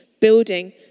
building